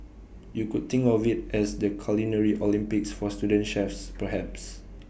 you could think of IT as the culinary Olympics for student chefs perhaps